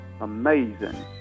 Amazing